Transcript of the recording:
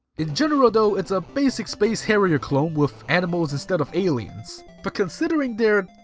in general though, it's a basic space harrier clone with animals instead of aliens. but considering their.